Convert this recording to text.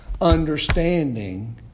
understanding